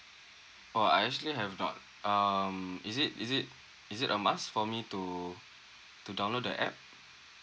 oh I actually have not um is it is it is it a must for me to to download the app